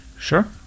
Sure